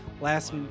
last